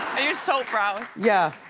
use soap brows. yeah,